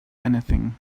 anything